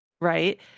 Right